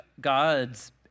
God's